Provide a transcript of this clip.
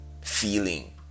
feeling